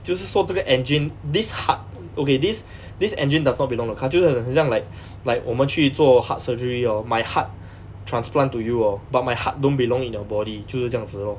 就是说这个 engine this heart okay this this engine does not belong to the car 就是很像很像 like like 我们去做 heart surgery hor my heart transplant to you hor but my heart don't belong to your body 就是这样子 lor